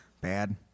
Bad